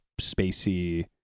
spacey